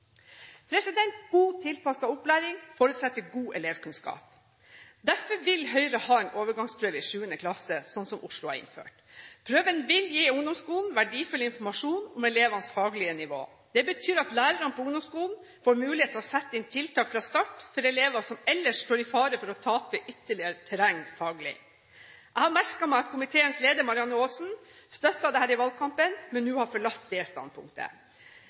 God tilpasset opplæring forutsetter god elevkunnskap. Derfor vil Høyre ha en overgangsprøve i 7. klasse slik Oslo har innført. Prøven vil gi ungdomsskolen verdifull informasjon om elevenes faglige nivå. Det betyr at lærerne på ungdomsskolen får mulighet til å sette inn tiltak fra start for elever som ellers står i fare for å tape ytterligere terreng faglig. Jeg har merket meg at komiteens leder, Marianne Aasen, støttet dette i valgkampen, men nå har forlatt det standpunktet.